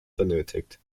benötigt